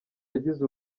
yagize